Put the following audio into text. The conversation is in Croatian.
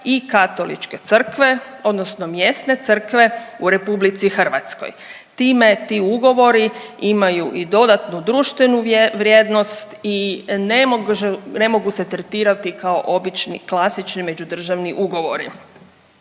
i katoličke crkve, odnosno mjesne crkve u Republici Hrvatskoj. Time ti ugovori imaju i dodatnu društvenu vrijednost i ne mogu se tretirati kao obični klasični među državni ugovori.